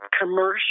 commercial